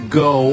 go